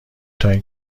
تااین